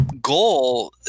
goal